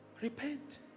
Repent